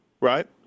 right